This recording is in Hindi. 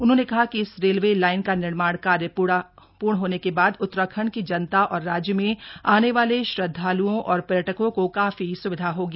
उन्होंने कहा कि इस रेलवे लाइन का निर्माण कार्य पूर्ण होने के बाद उत्तराखण्ड की जनता और राज्य में आने वाले श्रद्वाल्ओं और पर्यटकों को काफी स्विधा होगी